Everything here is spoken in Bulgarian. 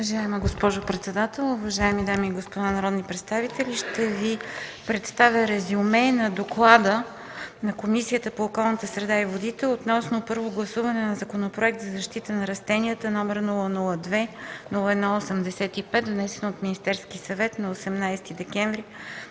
Уважаема госпожо председател, уважаеми дами и господа народни представители! Ще Ви представя резюме на: „ДОКЛАД на Комисията по околната среда и водите относно първо гласуване на Законопроект за защита на растенията, № 002-01-85, внесен от Министерския съвет на 18 декември